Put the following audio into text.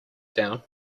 down